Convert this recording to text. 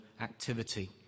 activity